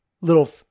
little